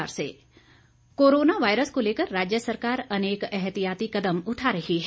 corona virus corona virus को लेकर राज्य सरकार अनेक एहतियाती कदम उठा रही है